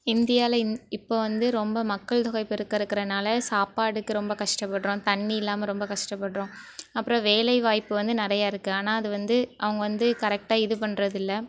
இந்தியாவில் இப்போது வந்து ரொம்ப மக்கள் தொகை பெருக்கருக்கறனால சாப்பாட்டுக்கு ரொம்ப கஷ்டப்பட்றோம் தண்ணில்லாமல் ரொம்ப கஷ்டபட்றோம் அப்றம் வேலைவாய்ப்பு வந்து நெறையாயிருக்கு ஆனால் அது வந்து அவங்க வந்து கரெக்டா இது பண்ணுறதில்ல